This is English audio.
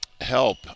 help